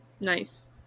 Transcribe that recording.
Nice